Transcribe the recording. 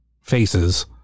faces